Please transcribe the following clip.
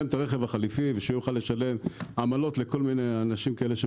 את הרכב החליפי ושיוכל לשלם עמלות לכל מיני אנשים כאלה,